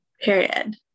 period